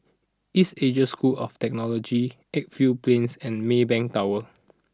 East Asia School of Technology Edgefield Plains and Maybank Tower